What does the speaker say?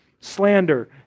slander